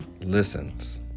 listens